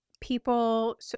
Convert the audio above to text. people